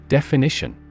Definition